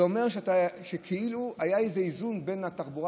זה אומר שכאילו היה איזה איזון בין התחבורה